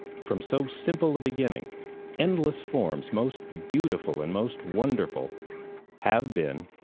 from so simple a beginning endless forms most beautiful and most wonderful have been,